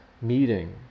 meeting